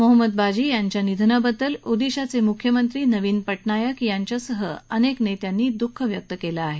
मोहम्मद बाजी यांच्या निधनाबददल ओदिशाचे मुख्यमंत्री नवीन पटनायक यांच्यासह अनेक नेत्यांनी दुःख व्यक्त केलं आहे